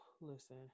listen